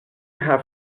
have